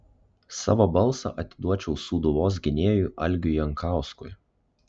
savo balsą atiduočiau sūduvos gynėjui algiui jankauskui